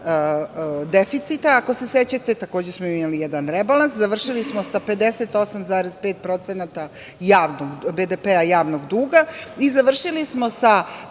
deficita, ako se sećate, takođe smo imali jedan rebalans, završili smo sa 58,5% BDP-a javnog duga i završili smo sa